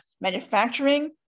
manufacturing